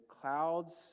clouds